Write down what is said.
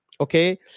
okay